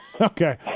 Okay